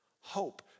Hope